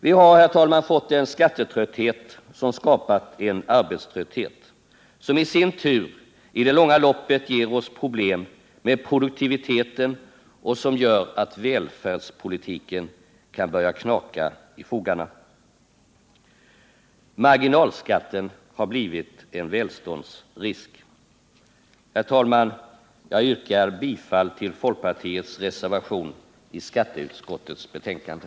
Vi har fått en skattetrötthet som har skapat en arbetströtthet, som i sin tur i det långa loppet ger oss problem med produktiviteten och som gör att välfärdspolitiken kan börja knaka i fogarna. Marginalskatten har blivit en välståndsrisk. Herr talman! Jag yrkar bifall till folkpartiets reservation i skatteutskottets betänkande.